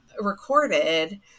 recorded